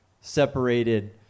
separated